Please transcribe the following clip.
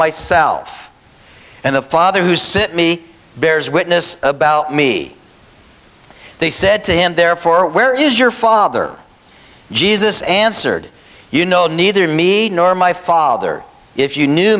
myself and the father who sit me bears witness about me they said to him therefore where is your father jesus answered you know neither me nor my father if you knew